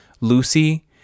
Lucy